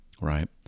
Right